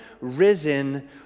risen